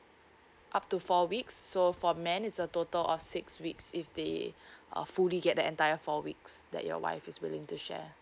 up to four weeks so for men is a total of six weeks if they uh fully get the entire four weeks that your wife is willing to share